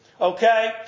Okay